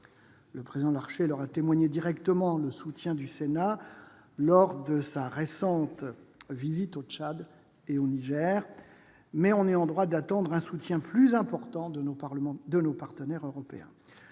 Le président Larcher leur a témoigné directement le soutien du Sénat lors de sa récente visite au Tchad et au Niger. Nous sommes en droit d'attendre un soutien plus important de nos partenaires européens.